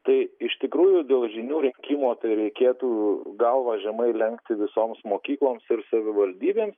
tai iš tikrųjų dėl žinių rinkimo tai reikėtų galvas žemai lenkti visoms mokykloms ir savivaldybėms